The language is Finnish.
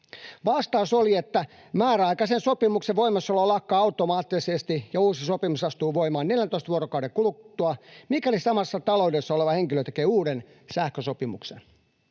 Vastaus oli, että määräaikaisen sopimuksen voimassaolo lakkaa automaattisesti ja uusi sopimus astuu voimaan 14 vuorokauden kuluttua, mikäli samassa taloudessa asuva henkilö tekee uuden sähkösopimuksen.